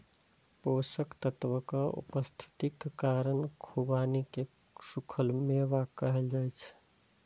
पोषक तत्वक उपस्थितिक कारण खुबानी कें सूखल मेवा कहल जाइ छै